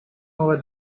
over